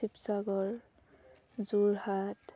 Sivasagar Jorhat